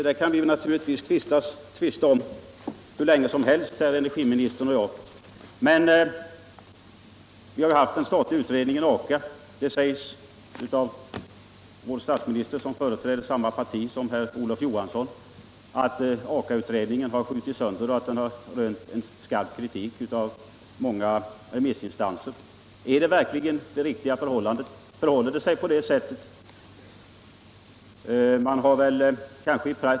Herr talman! Om problemen kommer eller inte kan energiministern och jag tvista om hur länge som helst, men Aka-utredningen har ju lämnat sitt betänkande. Om Aka-utredningen har statsministern, som tillhör samma parti som Olof Johansson, sagt att den skjutits sönder och rönt skarp kritik av remissinstanserna. Men förhåller det sig verkligen på det sättet?